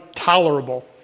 tolerable